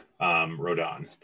Rodon